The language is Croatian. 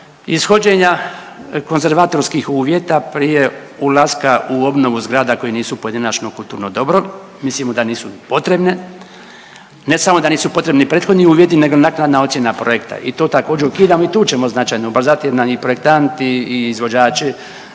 ishođenja konzervatorskih uvjeta prije ulaska u obnovu zgrada koje nisu pojedinačno kulturno dobro. Mislimo da nisu potrebne, ne samo da nisu potrebni prethodni uvjeti, nego naknadna ocjena projekta i to također, ukidamo i tu ćemo značajno ubrzati .../Govornik se ne razumije./... projektanti i izvođači,